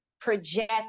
project